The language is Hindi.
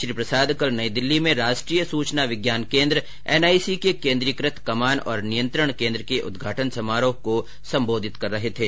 श्री प्रसाद कल नई दिल्ली में राष्ट्रीय सूचना विज्ञान केन्द्र एनआईसी के केन्द्रीकृत कमान और नियंत्रण केन्द्र के उद्घाटन समारोह को संबोधित कर रहे थे